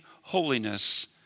holiness